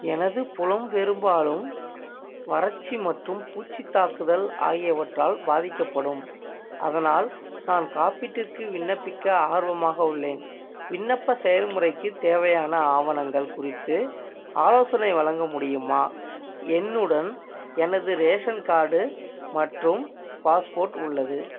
எனது புலம் பெரும்பாலும் வறட்சி மற்றும் பூச்சித் தாக்குதல் ஆகியவற்றால் பாதிக்கப்படும் அதனால் நான் காப்பீட்டிற்கு விண்ணப்பிக்க ஆர்வமாக உள்ளேன் விண்ணப்ப செயல்முறைக்குத் தேவையான ஆவணங்கள் குறித்து ஆலோசனை வழங்க முடியுமா என்னுடன் எனது ரேஷன் கார்டு மற்றும் பாஸ்போர்ட் உள்ளது